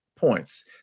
points